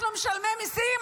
אנחנו משלמי מיסים,